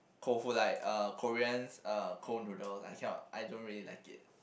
cold food like uh Korean's uh cold noodles I cannot I don't really like it